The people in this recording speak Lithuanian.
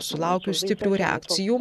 sulaukiu stiprių reakcijų